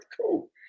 cool